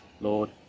Lord